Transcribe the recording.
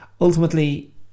ultimately